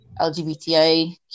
LGBTI